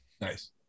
Nice